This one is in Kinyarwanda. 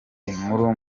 inkuru